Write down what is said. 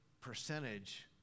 percentage